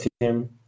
team